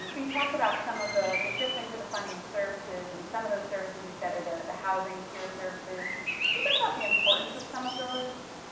um so you talked about some of the the shifting for the funding of services, and some of those services you said are the the housing, peer services. could you talk about the importance of some of those?